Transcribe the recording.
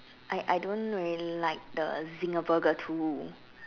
I I don't really like the Zinger Burger too